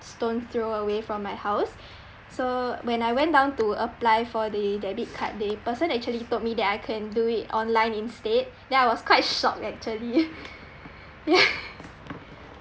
stone throw away from my house so when I went down to apply for the debit card they person actually told me that I can do it online instead then I was quite shocked actually ya